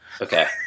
Okay